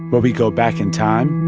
where we go back in time.